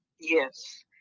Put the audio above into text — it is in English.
Yes